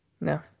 no